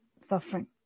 suffering